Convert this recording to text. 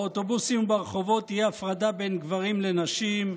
באוטובוסים וברחובות תהיה הפרדה בין גברים לנשים,